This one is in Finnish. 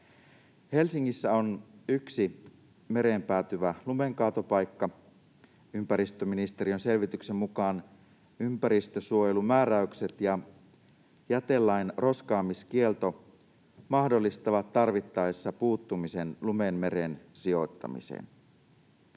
Helsingissä on yksi mereen päätyvä lumenkaatopaikka. Ympäristöministeriön selvityksen mukaan ympäristönsuojelumääräykset ja jätelain roskaamiskielto mahdollistavat tarvittaessa puuttumisen lumen mereen sijoittamiseen.